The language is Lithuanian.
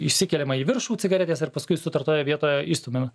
išsikeliama į viršų cigaretės ir paskui sutartoje vietoje išstumiama